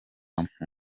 nta